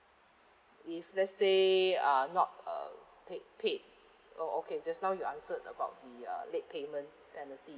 if let's say um not uh paid paid oh okay just now you answered about the uh late payment penalty